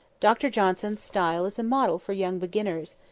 dr johnson's style is a model for young beginners.